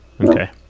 Okay